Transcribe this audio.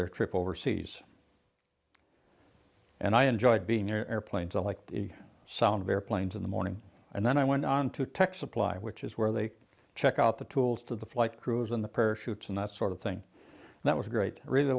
their trip overseas and i enjoyed being airplanes i liked the sound of airplanes in the morning and then i went on to tech supply which is where they check out the tools to the flight crews in the parachutes and that sort of thing that was great really